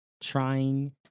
trying